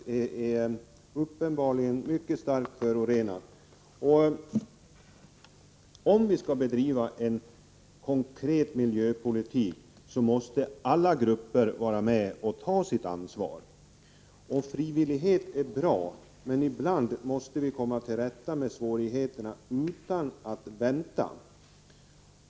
Herr talman! Ingvar Eriksson säger att förbättringar har skett i Laholmsbukten. Ja, men det är inte tillräckligt, eftersom algblomning alltjämt förekommer på ett sätt som visar att vattnet uppenbarligen är mycket starkt förorenat. Om vi skall bedriva en konkret miljöpolitik måste alla grupper vara med och ta sitt ansvar. Frivillighet är bra, men ibland måste vi komma till rätta med svårigheterna utan att vänta.